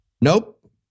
Nope